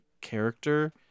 character